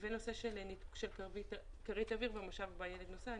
בנושא של כרית אוויר במושב בו הילד נוסע,